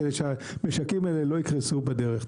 כדי שהמשקים האלה לא יקרסו בדרך.